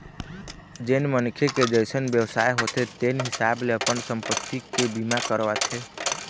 जेन मनखे के जइसन बेवसाय होथे तेन हिसाब ले अपन संपत्ति के बीमा करवाथे